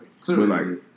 Clearly